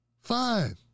fine